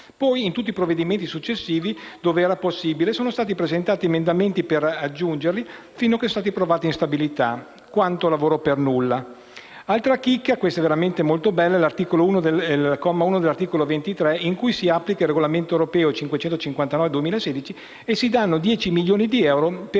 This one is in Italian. Poi in tutti i provvedimenti successivi, dove era possibile sono stati presentati emendamenti per aggiungerli fino a che sono stati approvati nel disegno di legge di stabilità. Quanto lavoro per nulla! Altra chicca - questa è veramente molto bella - è il comma 1 dell'articolo 23 in cui si applica il regolamento europeo n. 559 del 2016, e si stanziano 10 milioni di euro per